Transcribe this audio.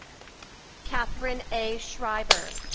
katherine a. schriber.